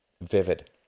vivid